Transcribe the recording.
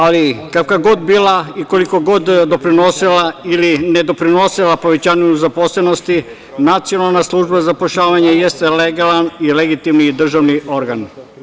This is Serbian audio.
Ali, kakva god bila i koliko god doprinosila ili ne doprinosila povećanju nezaposlenosti, Nacionalna služba za zapošljavanje jeste legalan i legitimni državni organ.